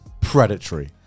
predatory